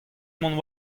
mont